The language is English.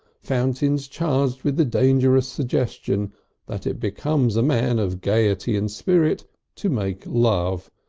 fountains charged with the dangerous suggestion that it becomes a man of gaiety and spirit to make love,